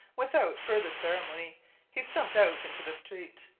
without further ceremony he stumped out into the street,